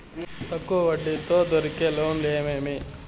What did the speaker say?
తక్కువ వడ్డీ తో దొరికే లోన్లు ఏమేమీ?